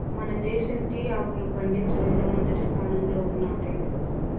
మన దేశం టీ ఆకును పండించడంలో మొదటి స్థానంలో ఉన్నాది